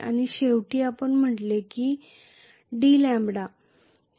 आणि शेवटी आपण म्हटले आहे की dλ